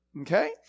Okay